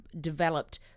developed